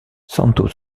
santo